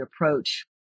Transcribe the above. approach